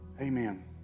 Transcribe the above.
Amen